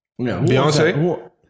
Beyonce